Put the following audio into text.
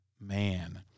man